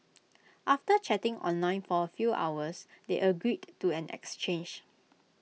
after chatting online for A few hours they agreed to an exchange